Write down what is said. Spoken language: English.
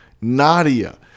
Nadia